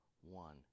one